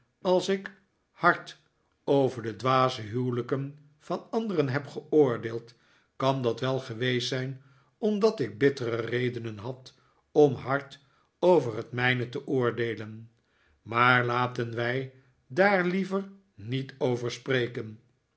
als ik hard over de dwaze huwelijken van anderen heb geoordeeld kan dat wel geweest zijn omdat ik bittere redenen had om hard over het mijne te oordeelen maar laten wij daar liever niet over spreken